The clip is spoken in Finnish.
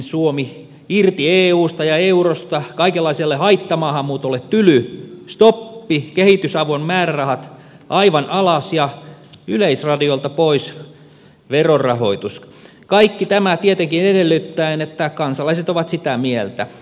suomi irti eusta ja eurosta kaikenlaiselle haittamaahanmuutolle tyly stoppi kehitysavun määrärahat aivan alas ja yleisradiolta pois verorahoitus kaikki tämä tietenkin edellyttäen että kansalaiset ovat sitä mieltä